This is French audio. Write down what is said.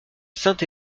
saint